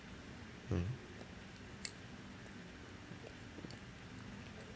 mm